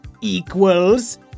Equals